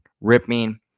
ripping